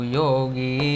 yogi